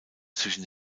zwischen